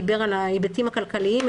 דיבר על ההיבטים הכלכליים,